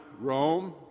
Rome